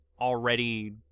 already